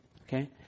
Okay